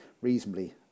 reasonably